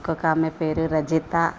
ఇంకొక ఆమె పేరు రజిత